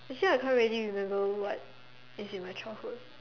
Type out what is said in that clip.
actually I can't really remember what is in my childhood